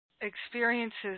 experiences